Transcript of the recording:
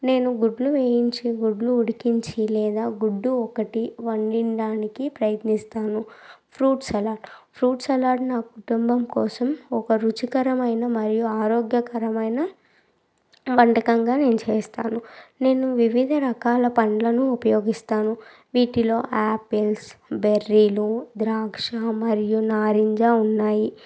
నేను గుడ్లు వేయించి గుడ్లు ఉడికించి లేదా గుడ్డు ఒకటి వండిన దానికి ప్రయత్నిస్తాను ఫ్రూట్ సలాడ్ ఫ్రూట్ సలాడ్ నాకు నా కుటుంబం కోసం ఒక రుచికరమైన మరియు ఆరోగ్యకరమైన వంటకంగా నేను చేస్తాను నేను వివిధ రకాల పండ్లను ఉపయోగిస్తాను వీటిలో యాపిల్స్ బెర్రీలు ద్రాక్ష మరియు నారింజ ఉన్నాయి